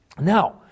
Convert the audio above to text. Now